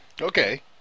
Okay